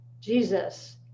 Jesus